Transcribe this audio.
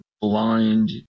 blind